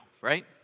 right